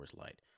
Light